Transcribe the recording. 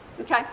Okay